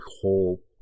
whole